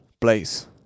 place